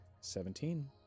Seventeen